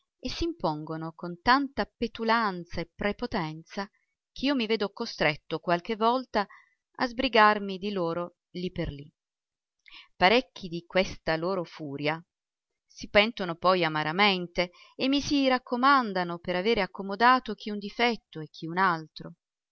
e s'impongono con tanta petulanza e prepotenza ch'io mi vedo costretto qualche volta a sbrigarmi di loro lì per lì parecchi di questa lor furia poi si pentono amaramente e mi si raccomandano per avere accomodato chi un difetto e chi un altro